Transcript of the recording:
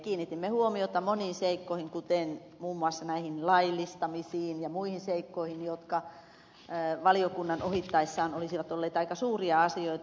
kiinnitimme huomiota moniin seikkoihin kuten muun muassa näihin laillistamisiin ja muihin seikkoihin jotka valiokunnan ohittaessaan olisivat olleet aika suuria asioita